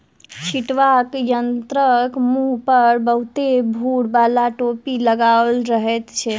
छिटबाक यंत्रक मुँह पर बहुते भूर बाला टोपी लगाओल रहैत छै